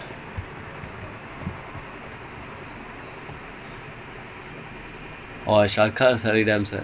then they still unbeaten in the bundes league figures and sherdakee haven't won in a since err player twenty twenty